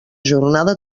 jornada